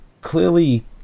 clearly